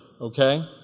Okay